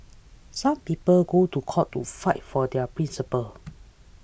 some people go to court to fight for their principles